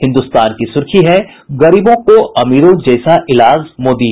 हिन्दुस्तान की सुर्खी है गरीबों को अमीरों जैसा इलाज मोदी